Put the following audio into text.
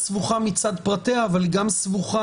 אבל החקיקה שתצא